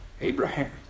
Abraham